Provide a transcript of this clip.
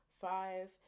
five